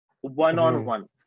one-on-one